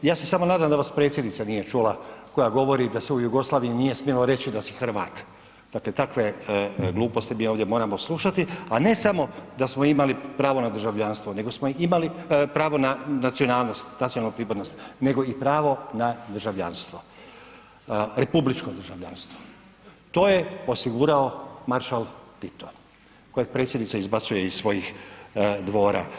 Ja se samo nadam da vas predsjednica nije čula koja govori da se u Jugoslaviji nije smjelo reći da si Hrvat, dakle, takve gluposti mi ovdje moramo slušati, a ne samo da smo imali pravo na državljanstvo, nego smo imali pravo na nacionalnost, nacionalnu pripadnost, nego i pravo na državljanstvo, republičko državljanstvo, to je osigurao Maršal Tito kojeg predsjednica izbacuje iz svojih dvora.